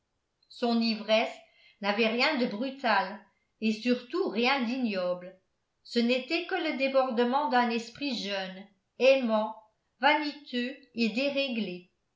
son ivresse n'avait rien de brutal et surtout rien d'ignoble ce n'était que le débordement d'un esprit jeune aimant vaniteux et déréglé